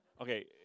Okay